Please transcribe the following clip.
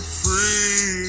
free